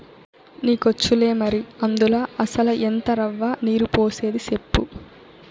నీకొచ్చులే మరి, అందుల అసల ఎంత రవ్వ, నీరు పోసేది సెప్పు